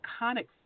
iconic